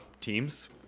teams